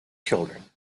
children